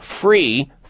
free